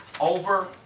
over